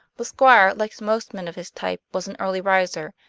the squire, like most men of his type, was an early riser,